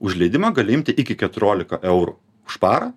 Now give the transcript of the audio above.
už leidimą gali imti iki keturiolika eurų už parą